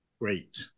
great